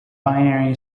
binary